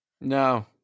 No